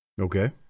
Okay